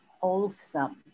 wholesome